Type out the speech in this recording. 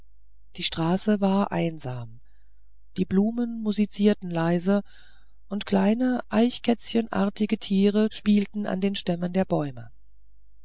die straße war einsam die blumen musizierten leise und kleine eichkätzchenartige tiere spielten an den stämmen der bäume